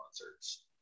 concerts